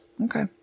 Okay